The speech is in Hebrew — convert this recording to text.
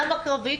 למה קרבי?